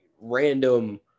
random